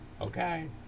okay